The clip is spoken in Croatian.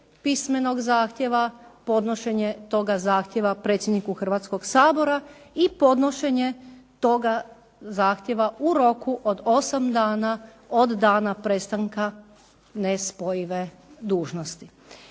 pismenog zahtjeva, podnošenje toga zahtjeva predsjedniku Hrvatskoga sabora i podnošenje toga zahtjeva u roku od 8 dana od dana prestanka nespojive dužnosti.